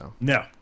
No